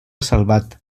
salvat